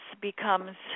becomes